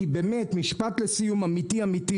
משפט לסיום, אמיתי-אמיתי